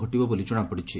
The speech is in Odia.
ଘଟିବ ବୋଲି ଜଣାପଡ଼ିଛି